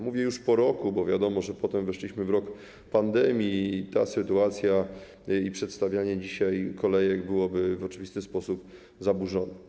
Mówię już po roku, bo wiadomo, że potem weszliśmy w rok pandemii i ta sytuacja i przedstawianie dzisiaj kolejek byłoby w oczywisty sposób zaburzone.